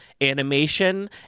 animation